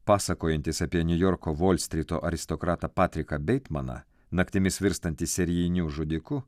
pasakojantis apie niujorko volstryto aristokratą patriką beitmaną naktimis virstantį serijiniu žudiku